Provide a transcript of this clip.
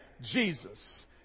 Jesus